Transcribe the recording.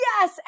yes